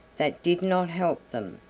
that did not help them,